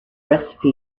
recipe